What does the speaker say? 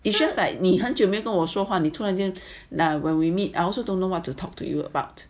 it's just like 你很久没跟我说话呢突然间 lah when we meet I also don't know what to talk to you about